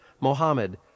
Mohammed